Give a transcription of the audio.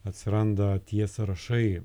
atsiranda tie sąrašai